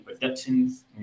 Productions